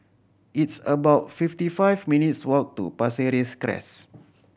it's about fifty five minutes' walk to Pasir Ris Crest